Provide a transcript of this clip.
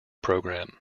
program